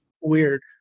weird